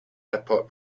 airport